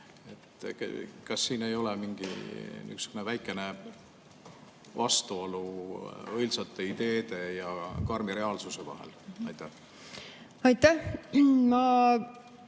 Kas siin ei ole mingisugune väikene vastuolu õilsate ideede ja karmi reaalsuse vahel? Aitäh,